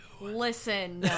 Listen